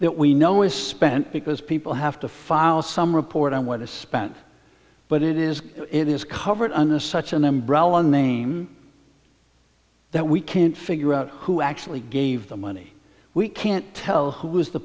that we know is spent because people have to file some report on what is spent but it is it is covered under such an umbrella name that we can't figure out who actually gave the money we can't tell who was the